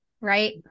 right